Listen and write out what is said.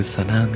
Sana